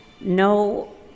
no